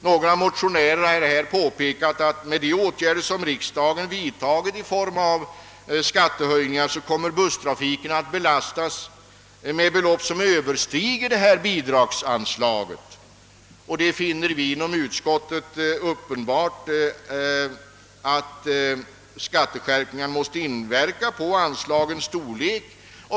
Några motionärer har påpekat att den av föregående års riksdag beslutade höjningen av drivmedelsskatterna i förening med den nu föreslagna höjningen av fordonsskatten sammanlagt belastar den = bidragsberättigade busstrafiken med belopp som överstiger bidragsanslaget. Vi inom utskottet finner det uppenbart att ifrågavarande skatteskärpningar måste inverka på anslagens storlek.